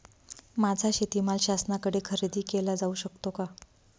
माझा शेतीमाल शासनाकडे खरेदी केला जाऊ शकतो का?